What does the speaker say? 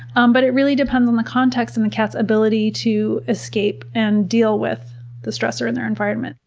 um but it really depends on the context and the cat's ability to escape and deal with the stressor in their environment.